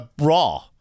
raw